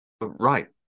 Right